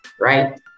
right